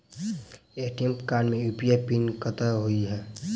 ATM card मे UPI PIN कतह होइ है?